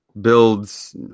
builds